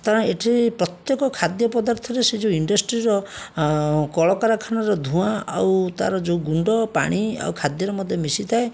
ତାରଣ ଏଠି ପ୍ରତ୍ୟେକ ଖାଦ୍ୟ ପଦାର୍ଥରେ ସେ ଯେଉଁ ଇଣ୍ଡଷ୍ଟ୍ରିର କଳକାରଖାନାର ଧୂଆଁ ଆଉ ତାର ଯେଉଁ ଗୁଣ୍ଡ ପାଣି ଆଉ ଖାଦ୍ୟରେ ମଧ୍ୟ ମିଶିଥାଏ